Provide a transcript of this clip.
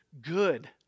good